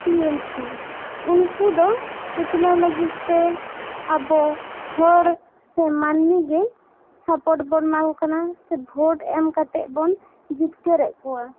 TMC ᱩᱱᱠᱩ ᱫᱚ ᱩᱛᱱᱟᱹᱣ ᱞᱟᱹᱜᱤᱫ ᱛᱮ ᱟᱵᱚ ᱦᱚᱲ ᱥᱮ ᱢᱟᱹᱱᱢᱤ ᱜᱮ ᱥᱟᱯᱚᱴ ᱵᱚᱱ ᱮᱢᱟ ᱠᱚ ᱠᱟᱱᱟ ᱥᱮ ᱵᱷᱚᱴ ᱮᱢ ᱠᱟᱛᱮ ᱵᱚᱱ ᱡᱤᱛᱠᱟᱹᱨᱮᱫ ᱠᱚᱣᱟ